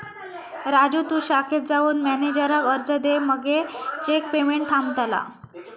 राजू तु शाखेत जाऊन मॅनेजराक अर्ज दे मगे चेक पेमेंट थांबतला